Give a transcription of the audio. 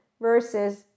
versus